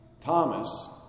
Thomas